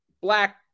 black